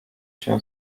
się